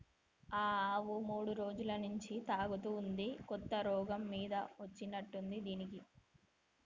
ఈ ఆవు మూడు రోజుల నుంచి తూగుతా ఉంది కొత్త రోగం మీద వచ్చినట్టుంది దీనికి